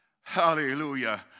Hallelujah